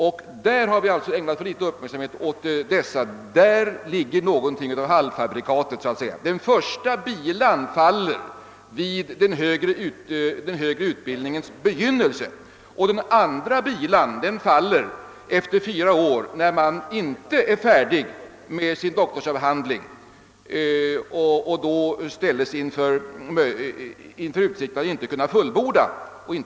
Åt dessa studerande har vi ägnat för liten uppmärksamhet; däri ligger något av halvfabrikat. Den första bilan faller vid den högre utbildningens begynnelse, och den andra bilan faller efter fyra år om man då inte är färdig med sin doktorsavhandling och ställs inför utsikterna att inte få resurser för att fullborda studierna.